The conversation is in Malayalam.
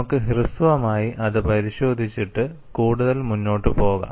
നമുക്ക് ഹ്രസ്വമായി അത് പരിശോധിച്ചിട്ടു കൂടുതൽ മുന്നോട്ട് പോകാം